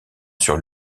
sur